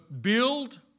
build